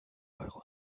euro